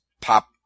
pop